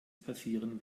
passieren